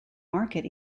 market